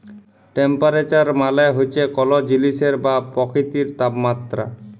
temperature মালে হছে কল জিলিসের বা পকিতির তাপমাত্রা